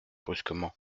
brusquement